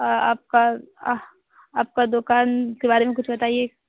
और आपका आपका दुकान के बारे में कुछ बताइए